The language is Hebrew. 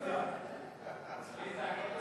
אני קובע כי סעיפים 1 8